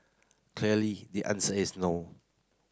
clearly the answer is no